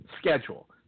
schedule